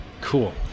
cool